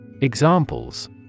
Examples